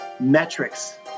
metrics